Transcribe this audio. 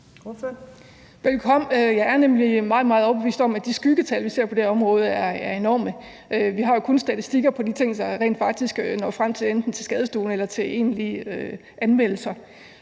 Velbekomme. Jeg er nemlig meget, meget overbevist om, at de skyggetal, vi ser på det her område, er enorme. Vi har jo kun statistikker for de ting, der rent faktisk enten når frem til skadestuen eller er egentlige anmeldelser.